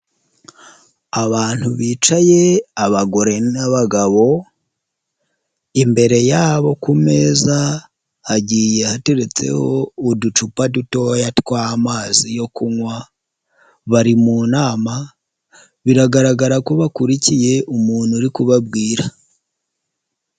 Abantu bicaye abagore n'abagabo, imbere yabo ku meza hagiye hateretseho uducupa dutoya tw'amazi yo kunywa, bari mu nama, biragaragara ko bakurikiye umuntu uri kubabwira.